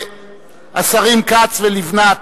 השרים כץ ולבנת,